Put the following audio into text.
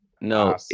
No